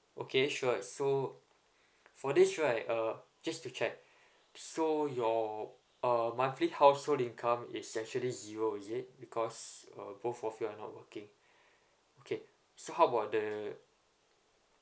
okay sure so for this right uh just to check so your uh monthly household income is actually zero is it because uh both of you are not working okay so how about the